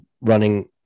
running